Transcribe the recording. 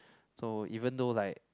so even though like